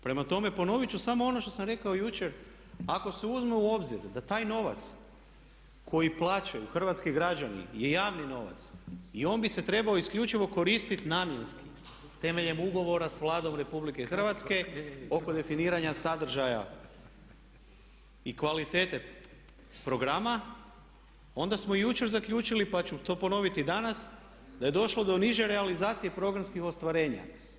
Prema tome, ponovit ću samo ono što sam rekao jučer, ako se uzme u obzir da taj novac koji plaćaju hrvatski građani je javni novac i on bi se trebao isključivo koristiti namjenski temeljem ugovora s Vladom Republike Hrvatske oko definiranja sadržaja i kvalitete programa onda smo i jučer zaključili pa ću to ponoviti i danas da je došlo do niže realizacije programskih ostvarenja.